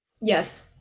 yes